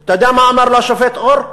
אתה יודע מה אמר לו השופט אור?